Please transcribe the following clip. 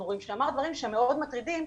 שאמר דברים מאוד מטרידים,